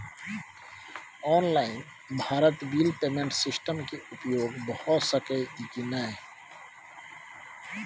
Online Bharat bill payment system के उपयोग भ सके इ की नय?